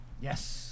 Yes